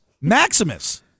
Maximus